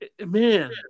man